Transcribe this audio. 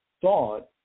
thought